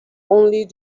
only